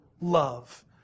love